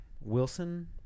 Wilson